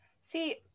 See